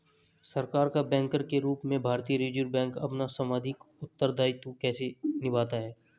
सरकार का बैंकर के रूप में भारतीय रिज़र्व बैंक अपना सांविधिक उत्तरदायित्व कैसे निभाता है?